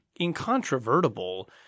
incontrovertible